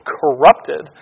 corrupted